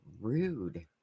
Rude